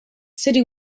city